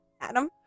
Adam